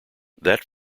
that